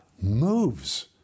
moves